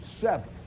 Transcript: seven